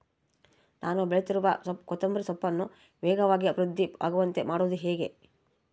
ನಾನು ಬೆಳೆಸುತ್ತಿರುವ ಕೊತ್ತಂಬರಿ ಸೊಪ್ಪನ್ನು ವೇಗವಾಗಿ ಅಭಿವೃದ್ಧಿ ಆಗುವಂತೆ ಮಾಡುವುದು ಹೇಗೆ?